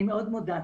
תודה.